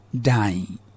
dying